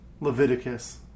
Leviticus